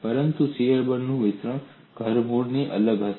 પરંતુ શીયર બળનું વિતરણ ધરમૂળથી અલગ હશે